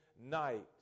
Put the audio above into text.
night